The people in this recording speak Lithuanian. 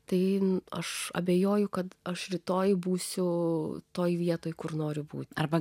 tai aš abejoju kad aš rytoj būsiu toje vietoj kur noriu būti arba